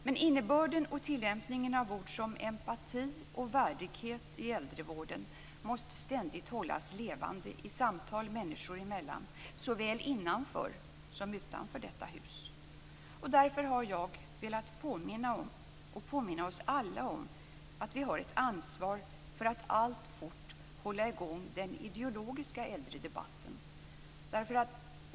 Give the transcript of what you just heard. Men innebörden och tillämpningen av ord som empati och värdighet i äldrevården måste ständigt hållas levande i samtal människor emellan, såväl innanför som utanför detta hus. Därför har jag velat påminna oss alla om att vi har ett ansvar för att alltfort hålla i gång den ideologiska äldredebatten.